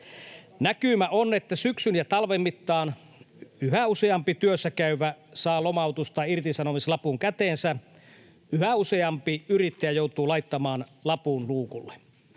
Näkymä on, että syksyn ja talven mittaan yhä useampi työssäkäyvä saa lomautus- tai irtisanomislapun käteensä ja yhä useampi yrittäjä joutuu laittamaan lapun luukulle.